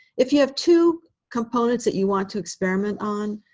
if you have two components that you want to experiment on,